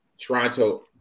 Toronto